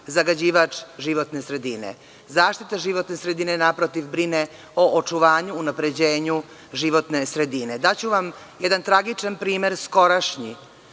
zagađivač životne sredine. Zaštita životne sredine, naprotiv, brine o očuvanju, unapređenju životne sredine. Daću vam jedan tragičan primer, skorašnji,